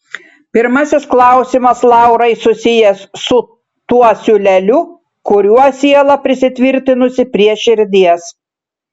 pirmasis klausimas laurai susijęs su tuo siūleliu kuriuo siela prisitvirtinusi prie širdies